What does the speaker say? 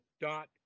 dot